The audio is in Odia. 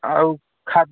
ଆଉ ଖା